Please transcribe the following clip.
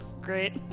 Great